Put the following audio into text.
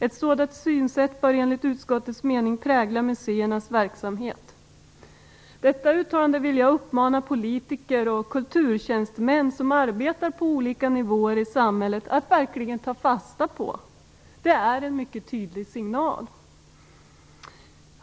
Ett sådant synsätt bör enligt utskottets mening prägla museernas verksamhet." Detta uttalande vill jag uppmana politiker och kulturtjänstemän som arbetar på olika nivåer i samhället att verkligen ta fasta på. Det är en mycket tydlig signal.